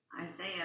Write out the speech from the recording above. Isaiah